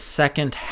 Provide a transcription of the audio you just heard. second